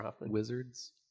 Wizards